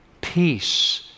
peace